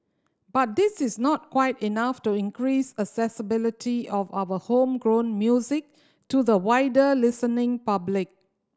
but this is not quite enough to increase accessibility of our homegrown music to the wider listening public